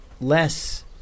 less